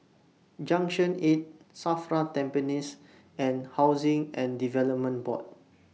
Junction eight SAFRA Tampines and Housing and Development Board